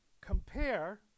compare